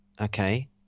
Okay